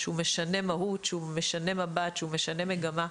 שמשנה מהות, שמשנה מבט, שמשנה מגמה.